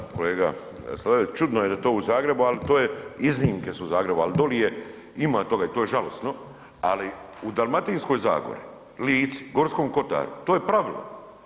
Pa da kolega Sladoljev, čudno je da to u Zagrebu, al to je iznimke su Zagrebu, al doli je ima toga i to je žalosno, ali u Dalmatinskoj zagori, Lici, Gorskom kotaru, to je pravilo.